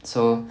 so